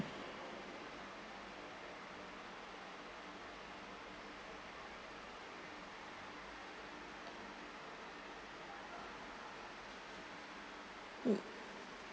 mm